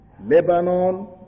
Lebanon